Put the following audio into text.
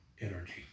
energy